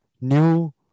new